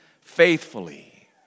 faithfully